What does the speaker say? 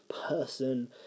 person